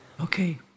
Okay